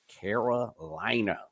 Carolina